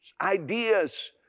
ideas